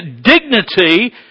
dignity